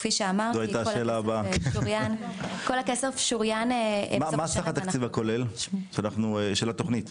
כפי שאמרתי כל הכסף שוריין --- מה סך התקציב הכולל של התוכנית?